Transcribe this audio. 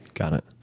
got it.